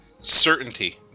certainty